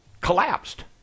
collapsed